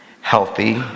healthy